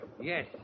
Yes